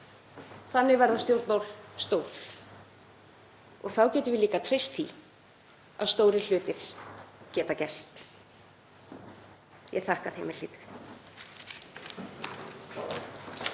Þannig verða stjórnmál stór. Þá getum við líka treyst því að stórir hlutir geta gerst. — Ég þakka þeim er hlýddu.